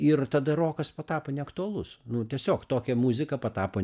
ir tada rokas patapo neaktualus nu tiesiog tokia muzika patapo